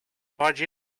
barge